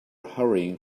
hurrying